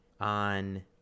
on